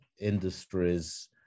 industries